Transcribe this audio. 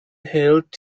hält